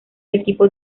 equipo